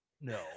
no